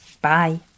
Bye